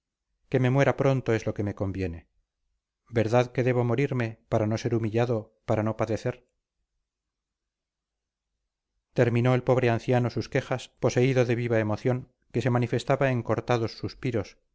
que me muera pronto es lo que me conviene verdad que debo morirme para no ser humillado para no padecer terminó el pobre anciano sus quejas poseído de viva emoción que se manifestaba en cortados suspiros